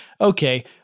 okay